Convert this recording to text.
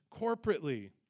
corporately